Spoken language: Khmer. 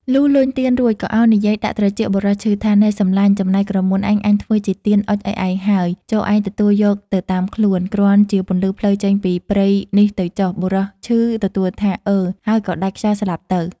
លុះអុចទៀនរួច ក៏ឱននិយាយដាក់ត្រចៀកបុរសឈឺថា "នែសំឡាញ់! ចំណែកក្រមួនឯង អញធ្វើជាទៀនអុជឲ្យឯងហើយ ចូរឯងទទួលយកទៅតាមខ្លួន គ្រាន់ជាពន្លឺផ្លូវចេញពីព្រៃនេះទៅចុះ!" បុរសឈឺទទួលថា "អឺ!" ហើយក៏ដាច់ខ្យល់ស្លាប់ទៅ។